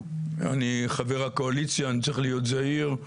אני חבר הקואליציה, אני צריך להיות זהיר,